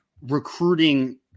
recruiting